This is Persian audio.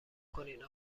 کنین